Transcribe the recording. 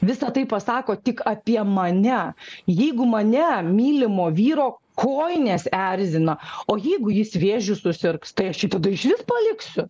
visa tai pasako tik apie mane jeigu mane mylimo vyro kojinės erzina o jeigu jis vėžiu susirgs tai aš jį tada išvis paliksiu